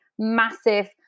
massive